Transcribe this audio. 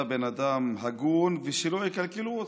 אתה בן אדם הגון, ושלא יקלקלו אותך.